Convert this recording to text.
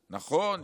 נכון,